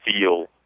feel